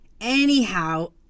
Anyhow